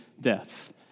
death